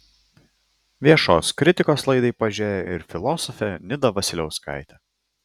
viešos kritikos laidai pažėrė ir filosofė nida vasiliauskaitė